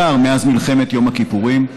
בעיקר מאז מלחמת יום הכיפורים.